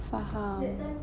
faham